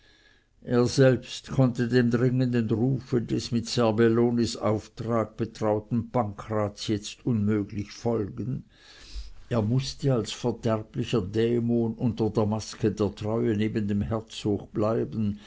er selbst konnte dem dringenden rufe des mit serbellonis auftrag betrauten pancraz jetzt unmöglich folgen er mußte als verderblicher dämon unter der maske der treue neben dem herzog bleiben